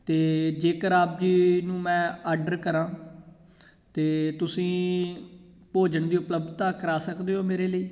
ਅਤੇ ਜੇਕਰ ਆਪ ਜੀ ਨੂੰ ਮੈਂ ਆਡਰ ਕਰਾਂ ਤਾਂ ਤੁਸੀਂ ਭੋਜਨ ਦੀ ਉਪਲਬਧਤਾ ਕਰਾ ਸਕਦੇ ਹੋ ਮੇਰੇ ਲਈ